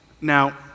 Now